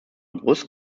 brust